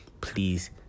Please